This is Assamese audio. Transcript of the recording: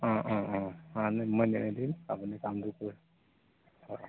অঁ অঁ অঁ অঁ মই দিম আপুনি কামটো হয়